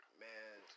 man